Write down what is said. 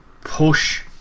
push